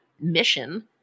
mission